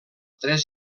tres